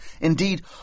indeed